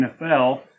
NFL